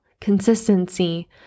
consistency